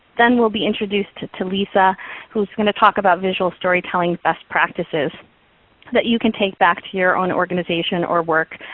then we will be introduced to to lisa who's going to talk about visual story telling best practices that you can take back to your own organization, or work,